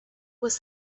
was